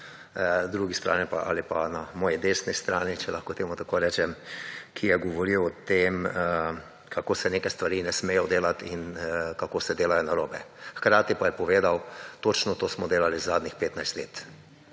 drugi strani ali pa na moji desni strani, če lahko temu tako rečem, ki je govoril o tem, kako se neke stvari ne smejo delati in kako se delajo narobe. Hkrati pa je povedal, točno to smo delali zadnjih 15 let.